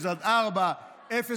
0 4 קילומטר,